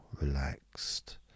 relaxed